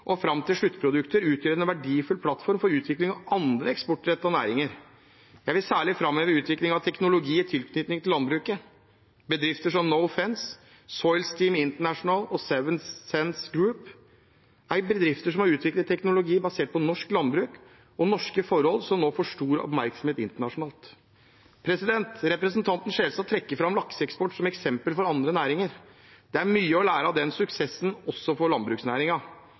og fram til sluttprodukter utgjør en verdifull plattform for utvikling av andre eksportrettede næringer. Jeg vil særlig framheve utvikling av teknologi i tilknytning til landbruket. Bedrifter som Nofence, Soil Steam International og 7sense Group er bedrifter som har utviklet teknologi basert på norsk landbruk og norske forhold, som nå får stor oppmerksomhet internasjonalt. Representanten Skjelstad trekker fram lakseeksporten som eksempel for andre næringer. Det er mye å lære av denne suksessen, også for